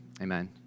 Amen